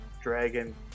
dragon